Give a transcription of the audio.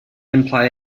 imply